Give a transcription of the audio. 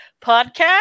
podcast